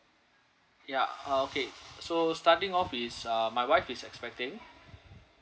ya uh okay so starting off is uh my wife is expecting